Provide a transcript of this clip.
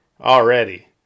already